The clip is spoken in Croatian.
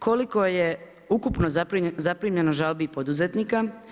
Koliko je ukupno zaprimljeno žalbi poduzetnika?